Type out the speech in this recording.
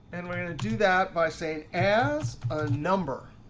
and we're going to do that by saying as a number.